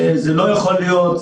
זה לא יכול להיות,